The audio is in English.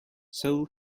seoul